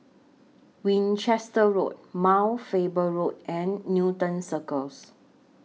Winchester Road Mount Faber Road and Newton Circus